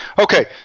Okay